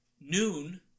noon